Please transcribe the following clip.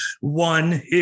one